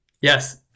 yes